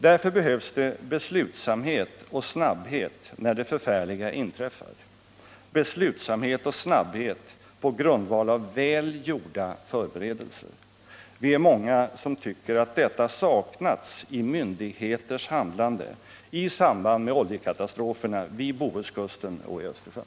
Därför behövs det beslutsamhet och snabbhet när det förfärliga inträffar, beslutsamhet och snabbhet på grundval av väl gjorda förberedelser. Vi är många som tycker att detta saknats i myndigheternas handlande i samband med oljekatastroferna vid Bohuskusten och i Östersjön.